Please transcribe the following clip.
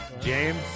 James